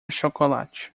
chocolate